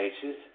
cases